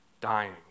dying